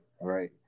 right